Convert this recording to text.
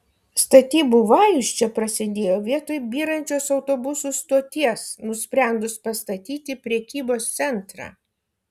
statybų vajus čia prasidėjo vietoj byrančios autobusų stoties nusprendus pastatyti prekybos centrą